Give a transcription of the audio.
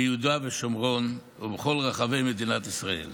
ביהודה ושומרון ובכל רחבי מדינת ישראל.